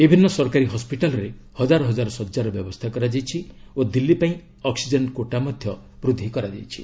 ବିଭିନ୍ନ ସରକାରୀ ହସ୍କିଟାଲ୍ରେ ହଜାର ହଜାର ଶଯ୍ୟାର ବ୍ୟବସ୍ଥା କରାଯାଇଛି ଓ ଦିଲ୍ଲୀ ପାଇଁ ଅକ୍ସିଜେନ୍ କୋଟା ମଧ୍ୟ ବୃଦ୍ଧି କରାଯାଇଛି